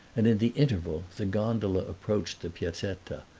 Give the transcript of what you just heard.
and in the interval the gondola approached the piazzetta.